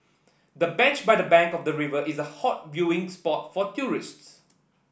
the bench by the bank of the river is a hot viewing spot for tourists